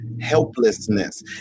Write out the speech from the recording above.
helplessness